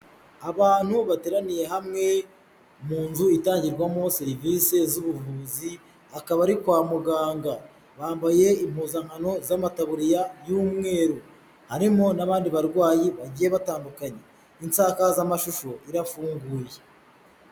Abantu bateraniye hamwe mu nzu itangirwamo serivise z'ubuvuzi, akaba ari kwa muganga, bambaye impuzankano z'amataburiya y'umweru, harimo n'abandi barwayi bagiye batandukanye, insakazamashusho irafunguye.